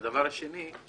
והדבר השני: